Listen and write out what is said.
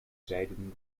zijden